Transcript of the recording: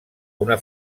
una